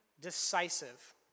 decisive